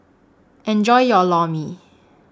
Enjoy your Lor Mee